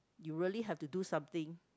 you really have to do something